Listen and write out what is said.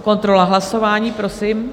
Kontrola hlasování, prosím.